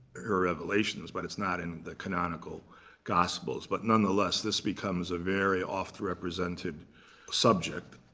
her revelations, but it's not in the canonical gospels. but nonetheless, this becomes a very oft-represented subject.